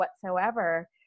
whatsoever